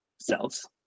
Cells